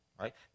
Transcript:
right